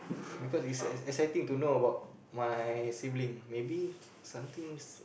because it's ex~ exciting to know about my sibling maybe somethings